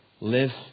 live